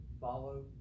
Follow